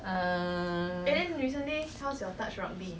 err